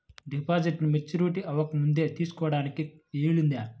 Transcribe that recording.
డిపాజిట్ను మెచ్యూరిటీ అవ్వకముందే తీసుకోటానికి వీలుందా?